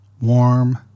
warm